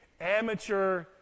amateur